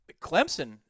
Clemson